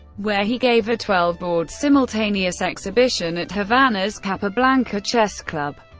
where he gave a twelve board simultaneous exhibition at havana's capablanca chess club,